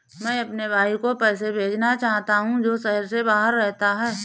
मैं अपने भाई को पैसे भेजना चाहता हूँ जो शहर से बाहर रहता है